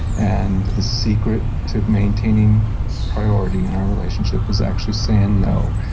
and a secret to maintaining priority in our relationship is actually saying no,